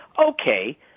okay